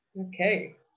Okay